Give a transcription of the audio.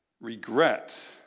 regret